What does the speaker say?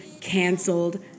canceled